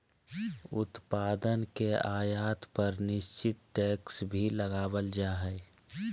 उत्पाद के आयात पर निश्चित टैक्स भी लगावल जा हय